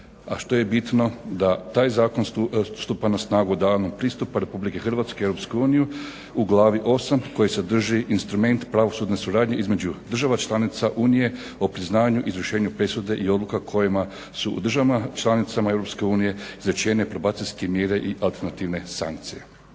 a što je bitno da taj zakon stupa na snagu danom pristupa RH Europskoj uniji u glavi VIII. koji sadrži instrument pravosudne suradnje između država članica Unije o priznavanju i izvršenju presude i odluka kojima su u državama članicama EU izrečene probacijske mjere i afirmativne sankcije.